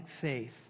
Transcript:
faith